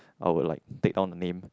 I'll like take down the name